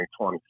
2020